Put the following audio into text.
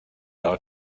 our